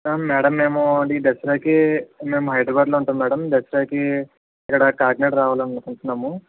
madam మేము ఈ దసరాకి మేం హైడ్రాబాడ్లో ఉంటాం మ్యాడం దసరాకి ఇక్కడ కాకినాడ రావాలనుకుంటున్నాము